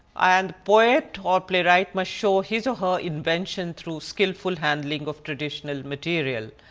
and poet or playwright must show his or her invention through skillful handling of traditional material.